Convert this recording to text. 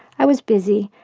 i was busy,